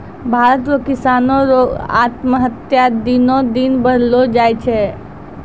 भारत रो किसानो रो आत्महत्या दिनो दिन बढ़लो जाय छै